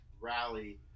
rally